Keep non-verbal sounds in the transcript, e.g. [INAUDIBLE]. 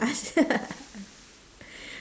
[LAUGHS]